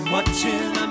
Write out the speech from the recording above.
Watching